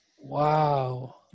Wow